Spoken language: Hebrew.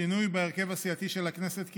שינוי בהרכב הסיעתי של הכנסת כלהלן: